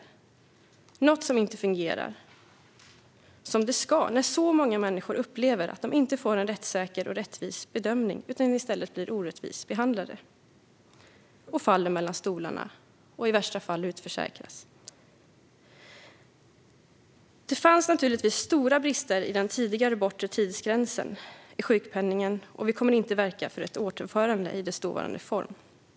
Det är något som inte fungerar som det ska när så många människor upplever att de inte får en rättssäker och rättvis bedömning utan i stället blir orättvist behandlade, faller mellan stolarna och i värsta fall utförsäkras. Det fanns naturligtvis stora brister i den tidigare bortre tidsgränsen i sjukpenningen, och vi kommer inte att verka för ett återinförande av den i dess dåvarande form.